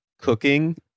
cooking